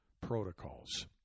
protocols